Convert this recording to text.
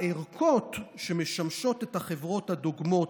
הערכות שמשמשות את החברות הדוגמות